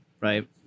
Right